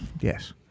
Yes